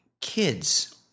kids